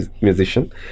musician